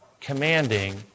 commanding